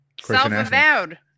self-avowed